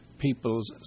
people's